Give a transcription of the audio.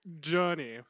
journey